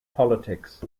politics